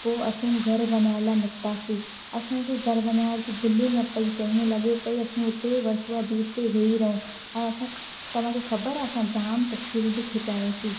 पो असां घरु वञण लाइ निकितासीं असांखे घरु वञण जी दिलि ई न पई चए हीअं लॻे पई असां हुते ई वरसोवा बीच ते ई वेही रहूं ऐं असां तव्हांखे ख़बरु आहे असां जाम तस्वीरूं बि खिचायूसीं